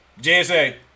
JSA